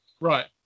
Right